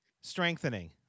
strengthening